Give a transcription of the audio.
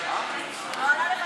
זה לא אותם